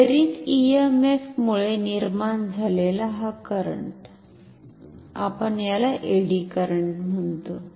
प्रेरित ईएमएफ मुळे निर्माण झालेला हा करंट आपण याला एडी करंट म्हणतो